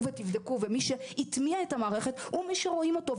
ותבדקו ומי שהטמיע את המערכת - הוא מי שרואים אותו,